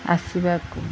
ଆସିବାକୁ